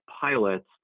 pilots